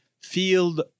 field